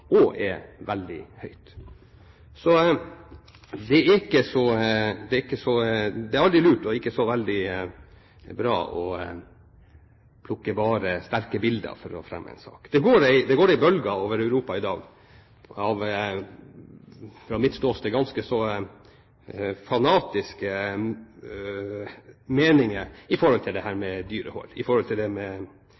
er veldig høyt. Det er aldri lurt – og ikke så veldig bra – bare å plukke sterke bilder for å fremme en sak. Det går en bølge over Europa i dag av – fra mitt ståsted – ganske så fanatiske meninger om dette med dyrehold. Når det